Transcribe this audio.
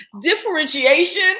Differentiation